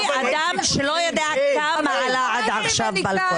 אני אדם שלא יודע כמה עלה עד עכשיו.